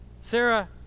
Sarah